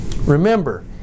remember